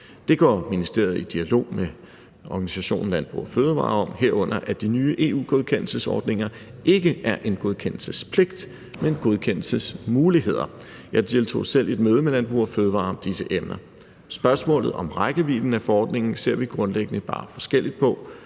Det går ministeriet i dialog med Landbrug & Fødevarer om, og herunder fortæller man, at de nye EU-godkendelsesordninger ikke er en godkendelsespligt, men godkendelsesmuligheder. Jeg deltog selv i et møde med Landbrug & Fødevarer om disse emner. Spørgsmålet om rækkevidden af forordningen ser vi grundlæggende bare forskelligt på.